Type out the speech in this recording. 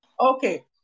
Okay